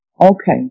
Okay